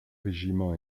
régiment